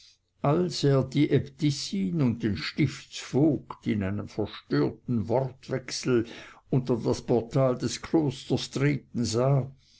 als er die äbtissin und den stiftsvogt in einem verstörten wortwechsel unter das portal des klosters treten sah